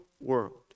world